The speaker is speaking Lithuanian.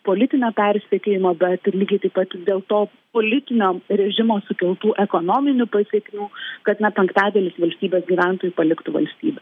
politinio persekiojimo bet ir lygiai taip pat dėl to politinio režimo sukeltų ekonominių pasekmių kad net penktadalis valstybės gyventojų paliktų valstybę